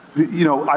you know,